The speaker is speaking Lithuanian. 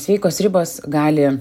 sveikos ribos gali